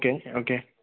okay okay